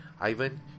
ivan